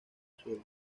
suelo